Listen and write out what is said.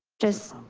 just